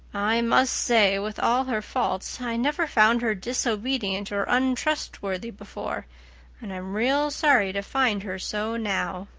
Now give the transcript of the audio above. i must say, with all her faults, i never found her disobedient or untrustworthy before and i'm real sorry to find her so now.